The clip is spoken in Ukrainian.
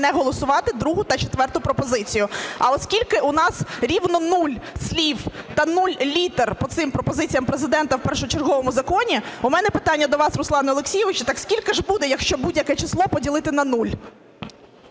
не голосувати другу та четверту пропозиції. А оскільки у нас рівно нуль слів та нуль літер по цим пропозиціям Президента в першочерговому законі, у мене питання до вас, Руслане Олексійовичу. Так скільки ж буде, якщо будь-яке число поділити на нуль?